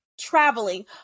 traveling